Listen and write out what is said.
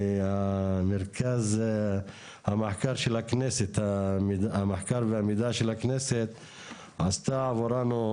ממרכז המחקר והמידע של הכנסת עשתה עבורנו,